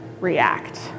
react